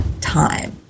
time